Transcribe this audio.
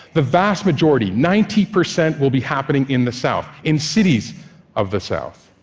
the vast majority, ninety percent, will be happening in the south, in cities of the south.